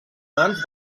mans